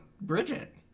bridget